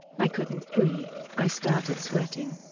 i couldn't breathe, i started sweating.